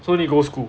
so need go school